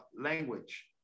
language